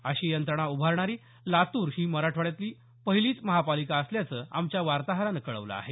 अशी यंत्रणा उभारणारी लातूर ही मराठवाड्यातली ही पहिलीच महापालिका असल्याचं आमच्या वार्ताहरानं कळवलं आहे